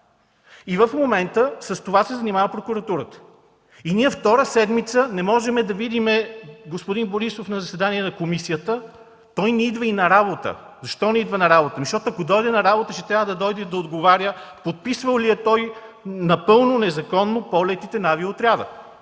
В момента с това се занимава Прокуратурата. Втора седмица не можем да видим господин Борисов на заседание на комисията. Той не идва и на работа. Защо не идва на работа?! Защото ако дойде на работа, ще трябва да отговаря подписвал ли е напълно незаконно полетите на авиоотряда,